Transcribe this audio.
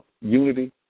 unity